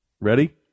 Ready